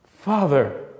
Father